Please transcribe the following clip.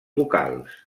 vocals